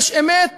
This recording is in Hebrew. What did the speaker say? יש אמת